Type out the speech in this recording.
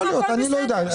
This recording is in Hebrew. יכול להיות, אני לא יודע.